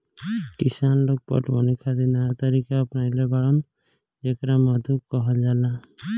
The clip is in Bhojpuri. किसान लोग पटवनी खातिर नया तरीका अपनइले बाड़न जेकरा मद्दु कहल जाला